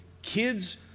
Kids